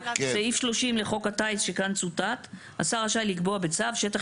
סעיף 30 לחוק הטיס שכאן צוטט: "השר רשאי לקבוע בצו שטח